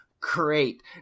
great